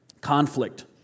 conflict